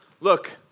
look